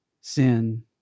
sin